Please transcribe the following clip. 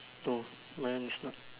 no my one is not